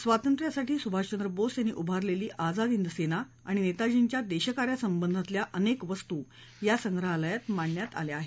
स्वातंत्र्यासाठी सुभाषचंद्र बोस यांनी उभारलेली आझाद हिद सेना आणि नेताजींच्या देशकार्यासंबंधातल्या अनेक वस्तू या संग्रहालयात मांडण्यात आल्या आहेत